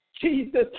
Jesus